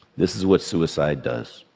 this is what suicide does.